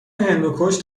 هندوکش